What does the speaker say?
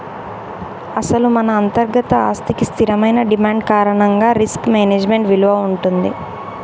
అసలు మన అంతర్గత ఆస్తికి స్థిరమైన డిమాండ్ కారణంగా రిస్క్ మేనేజ్మెంట్ విలువ ఉంటుంది